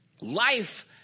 Life